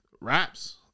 raps